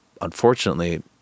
unfortunately